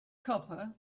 copper